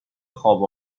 خواب